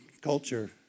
culture